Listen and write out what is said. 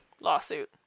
lawsuit